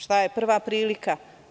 Šta je prva prilika?